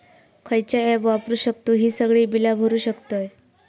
खयचा ऍप वापरू शकतू ही सगळी बीला भरु शकतय?